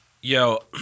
Yo